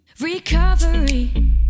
recovery